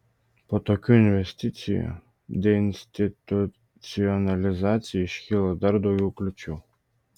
po tokių investicijų deinstitucionalizacijai iškilo dar daugiau kliūčių